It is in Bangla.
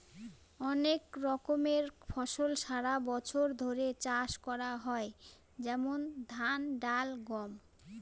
অনেক রকমের ফসল সারা বছর ধরে চাষ করা হয় যেমন ধান, ডাল, গম